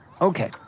Okay